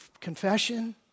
confession